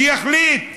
שיחליט.